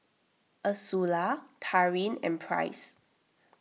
Ursula Taryn and Price